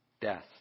death